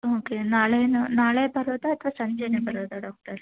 okay ನಾಳೇನೆ ನಾಳೆ ಬರೋದಾ ಅಥವಾ ಸಂಜೆನೇ ಬರೋದಾ ಡಾಕ್ಟರ್